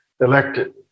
elected